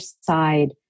side